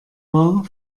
war